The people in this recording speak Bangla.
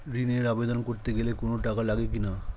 ঋণের আবেদন করতে গেলে কোন টাকা লাগে কিনা?